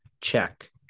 check